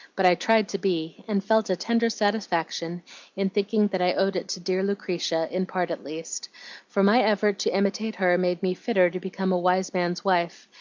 but i tried to be, and felt a tender satisfaction in thinking that i owed it to dear lucretia, in part at least for my effort to imitate her made me fitter to become a wise man's wife,